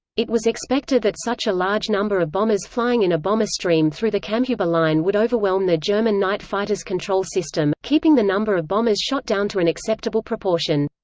it was expected that such a large number of bombers flying in a bomber stream through the kammhuber line would overwhelm the german night fighters' control system, keeping the number of bombers shot down to an acceptable proportion.